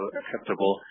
acceptable